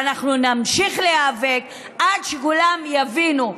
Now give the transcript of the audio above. ואנחנו נמשיך להיאבק עד שכולם יבינו: